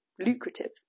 lucrative